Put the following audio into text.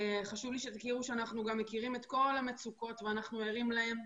חשוב לי שתדעו שאנחנו מכירים את כל המצוקות ואנחנו ערים להן.